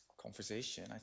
conversation